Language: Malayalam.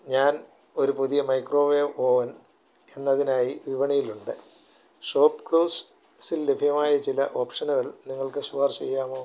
ഞാൻ ഒരു പുതിയ മൈക്രോവേവ് ഓവൻ എന്നതിനായി വിപണിയിലുണ്ട് ഷോപ്പ്ക്ലൂസ് സിൽ ലഭ്യമായ ചില ഓപ്ഷനുകൾ നിങ്ങൾക്ക് ശുപാർശ ചെയ്യാമോ